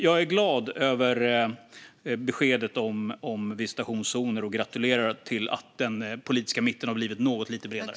Jag är glad över beskedet om visitationszoner och gratulerar till att den politiska mitten har blivit något lite bredare.